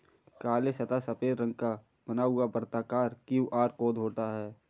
काले तथा सफेद रंग का बना हुआ वर्ताकार क्यू.आर कोड होता है